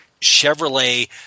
chevrolet